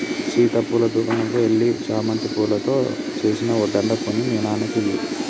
సీత పూల దుకనంకు ఎల్లి చామంతి పూలతో సేసిన ఓ దండ కొని మీ నాన్నకి ఇయ్యి